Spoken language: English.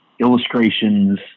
illustrations